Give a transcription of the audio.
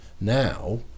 Now